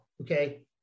okay